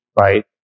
right